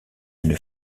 une